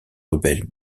rebelles